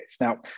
Now